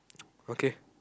okay